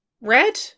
Red